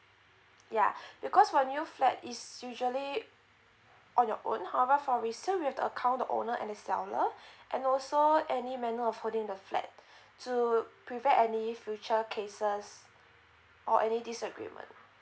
yeah because for new flats is usually on your own however for resales we have to account the owner and seller and also any manner of holding the flat to prevent any future cases or any disagreement